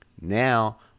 Now